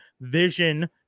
vision